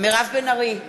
מירב בן ארי,